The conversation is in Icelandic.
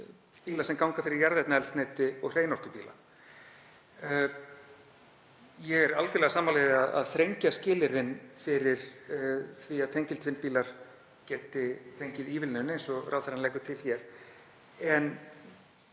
bíla sem ganga fyrir jarðefnaeldsneyti og hreinorkubíla. Ég er algjörlega sammála því að þrengja skilyrðin fyrir því að tengiltvinnbílar geti fengið ívilnun, eins og ráðherrann leggur til hér.